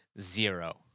zero